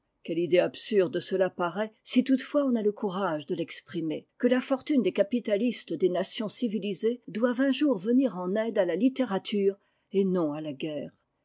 quelle idée absurde cela paraît si toutefois on a le courage de l'exprimer que la fortune des capitalistes des nationscivitisées doive un jour venir en aide à la littérature et non à la guerre